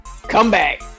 comeback